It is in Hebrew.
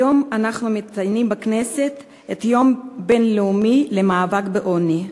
היום אנחנו מציינים בכנסת את היום הבין-לאומי למאבק בעוני.